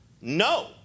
No